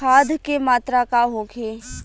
खाध के मात्रा का होखे?